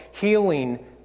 Healing